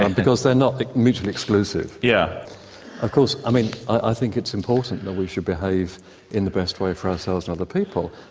um because they're not mutually exclusive. yeah of course i mean i think it's important that we should behave in the best way for ourselves and other people,